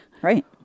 right